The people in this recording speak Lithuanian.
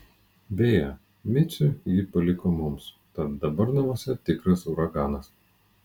beje micių ji paliko mums tad dabar namuose tikras uraganas